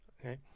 Okay